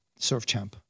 SurfChamp